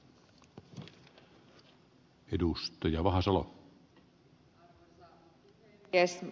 arvoisa puhemies